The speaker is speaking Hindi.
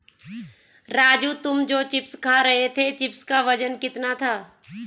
राजू तुम जो चिप्स खा रहे थे चिप्स का वजन कितना था?